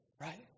right